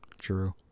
True